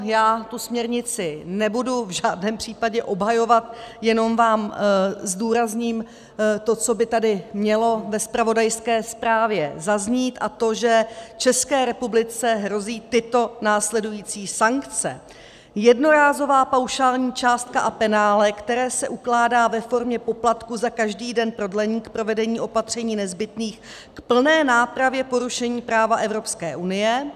Já tu směrnici nebudu v žádném případě obhajovat, jenom vám zdůrazním to, co by tady mělo ve zpravodajské zprávě zaznít, a to že České republice hrozí tyto následující sankce: Jednorázová paušální částka a penále, které se ukládá ve formě poplatku za každý den prodlení k provedení opatření nezbytných k plné nápravě porušení práva Evropské unie.